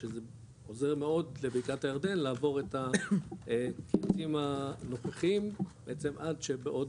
שזה עוזר מאוד לבקעת הירדן לעבור את התקופה הנוכחית בעצם שעד בעוד